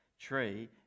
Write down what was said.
tree